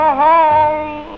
home